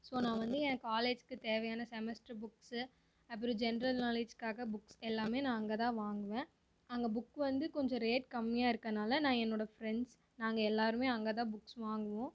so நான் வந்து என் காலேஜுக்கு தேவையான செமஸ்டர் புக்ஸு அப்புறம் ஜென்ட்ரல் நாலேஜுக்காக புக்ஸ் எல்லாம் நான் அங்கே தான் வாங்குவேன் அங்கே புக் வந்து கொஞ்சம் ரேட் கம்மியாக இருக்கனால நான் என்னோட ஃப்ரெண்ட்ஸ் நாங்கள் எல்லோருமே அங்கே தான் புக்ஸ் வாங்குவோம்